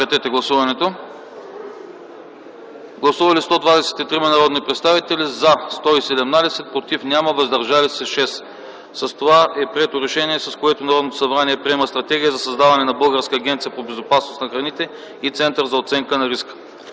на риска. Гласували 123 народни представители: за 117, против няма, въздържали се 6. С това е прието решение, с което Народното събрание приема Стратегия за създаване на Българска агенция по безопасност на храните и Център за оценка на риска.